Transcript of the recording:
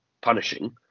punishing